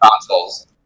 consoles